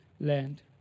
land